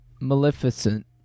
Maleficent